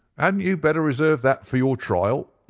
and you better reserve that for your trial?